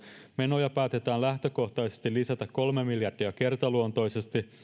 menoja päätetään lähtökohtaisesti lisätä kolme miljardia kertaluontoisesti